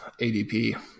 ADP